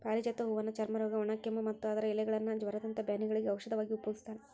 ಪಾರಿಜಾತ ಹೂವನ್ನ ಚರ್ಮರೋಗ, ಒಣಕೆಮ್ಮು, ಮತ್ತ ಅದರ ಎಲೆಗಳನ್ನ ಜ್ವರದಂತ ಬ್ಯಾನಿಗಳಿಗೆ ಔಷಧವಾಗಿ ಉಪಯೋಗಸ್ತಾರ